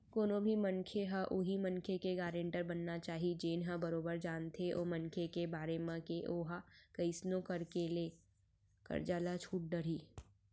कोनो भी मनखे ह उहीं मनखे के गारेंटर बनना चाही जेन ह बरोबर जानथे ओ मनखे के बारे म के ओहा कइसनो करके ले करजा ल छूट डरही